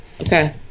Okay